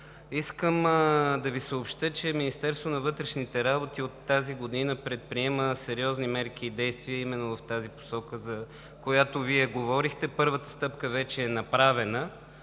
искам да Ви съобщя, че Министерството на вътрешните работи от тази година предприема сериозни мерки и действия именно в тази посока, за която Вие говорихте. Първата стъпка вече е направена.